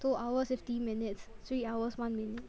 two hours fifty minutes three hours one minute